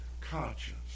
conscience